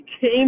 came